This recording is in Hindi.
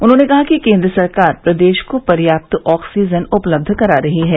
उन्होंने कहा कि केन्द्र सरकार प्रदेश को पर्याप्त ऑक्सीजन उपलब्ध करा रही है